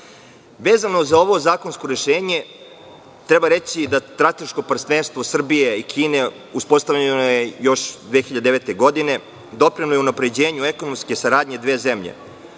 za ovo zakonsko rešenje treba reći da strateško partnerstvo Srbije i Kine uspostavljeno je još 2009. godine i doprinelo je unapređenju ekonomske saradnje dve zemlje,